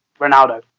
Ronaldo